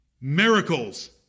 miracles